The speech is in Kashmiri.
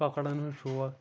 کۄکرَن ہُنٛد شوق